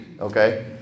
okay